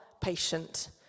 patient